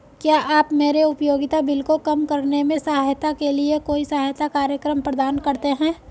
क्या आप मेरे उपयोगिता बिल को कम करने में सहायता के लिए कोई सहायता कार्यक्रम प्रदान करते हैं?